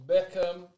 Beckham